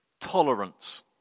tolerance